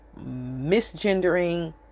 misgendering